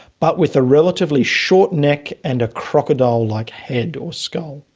but with a relatively short neck and a crocodile-like head or skull.